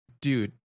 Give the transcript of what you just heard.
Dude